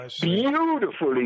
Beautifully